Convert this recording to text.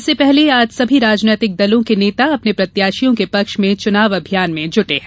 इससे पहले आज सभी राजनीतिक दलों के नेता अपने प्रत्याशियों के पक्ष में चुनाव अभियान में जुटे हैं